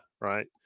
right